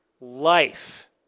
life